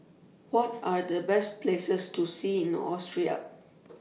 What Are The Best Places to See in Austria